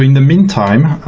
the meantime,